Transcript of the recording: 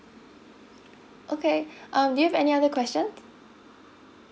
okay um do you have any other question